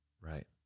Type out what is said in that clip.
Right